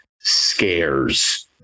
scares